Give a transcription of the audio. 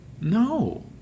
No